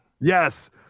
Yes